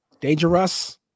Dangerous